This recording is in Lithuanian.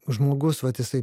žmogus vat jisai